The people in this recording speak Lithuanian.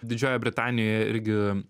didžiojoje britanijoje irgi